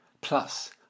Plus